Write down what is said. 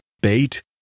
bait